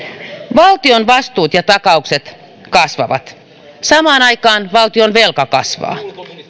valtion vastuut ja takaukset kasvavat samaan aikaan valtionvelka kasvaa